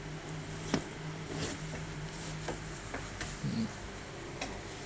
hmm